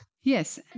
yes